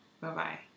Bye-bye